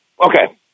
Okay